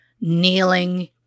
kneeling